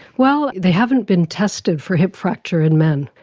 well, they haven't been tested for hip fracture in men.